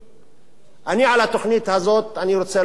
אני על התוכנית הזאת רוצה להעיר כמה הערות,